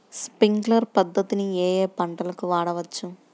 Sprinkler పద్ధతిని ఏ ఏ పంటలకు వాడవచ్చు?